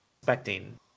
expecting